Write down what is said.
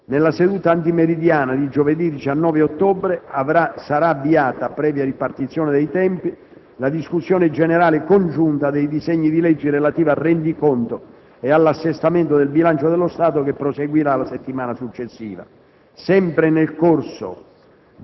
Nella seduta antimeridiana di giovedì 19 ottobre sarà avviata, previa ripartizione dei tempi, la discussione generale congiunta dei disegni di legge relativi al rendiconto e all'assestamento del bilancio dello Stato, che proseguirà la settimana successiva. Sempre nel corso